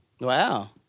Wow